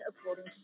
according